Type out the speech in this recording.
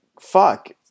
fuck